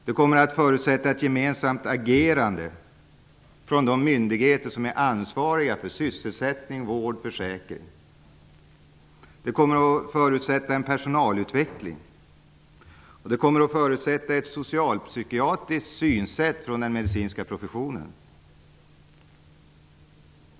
Det kommer att förutsätta ett gemensamt agerande från de myndigheter som är ansvariga för sysselsättning, vård och försäkring. Det kommer att förutsätta en personalutveckling, och det kommer att förutsätta ett socialpsykiatriskt synsätt från den medicinska professionen.